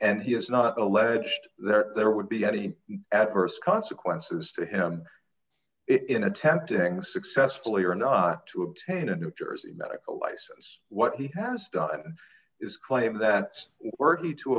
and he has not alleged that there would be any adverse consequences to him in attempting successfully or not to obtain a new jersey medical license what he has done is claim that were he to